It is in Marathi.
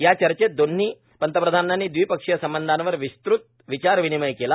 या चर्चेत दोन्ही पंतप्रधानांनी द्विपक्षीय संबंधांवर विस्तृत विचारविनिमय केला